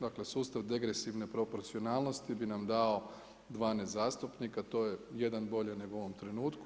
Dakle sustav degresivne proporcionalnosti bi nam dao 12 zastupnika, to je jedan bolje nego u ovom trenutku.